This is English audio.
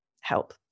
help